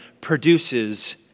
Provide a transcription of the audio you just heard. produces